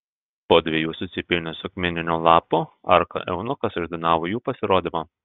po dviejų susipynusių akmeninių lapų arka eunuchas išdainavo jų pasirodymą